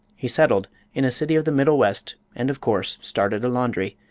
he settled in a city of the middle west and of course started a laundry,